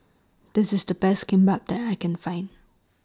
This IS The Best Kimbap that I Can Find